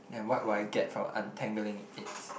and what will I get from untangling it